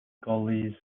gully